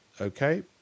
okay